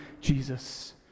Jesus